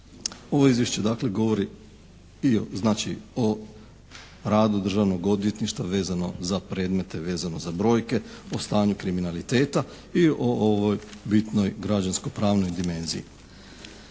Ovo Izvješće dakle govori i o znači o radu Državnog odvjetništva vezano za predmete, vezano za brojke, o stanju kriminaliteta i o ovoj bitnoj građansko-pravnoj dimenziji.